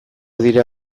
dira